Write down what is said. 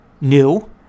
new